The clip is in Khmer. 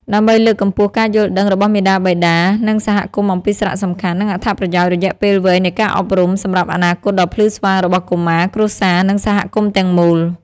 ដើម្បីលើកកម្ពស់ការយល់ដឹងរបស់មាតាបិតា និងសហគមន៍អំពីសារៈសំខាន់ និងអត្ថប្រយោជន៍រយៈពេលវែងនៃការអប់រំសម្រាប់អនាគតដ៏ភ្លឺស្វាងរបស់កុមារ គ្រួសារ និងសហគមន៍ទាំងមូល។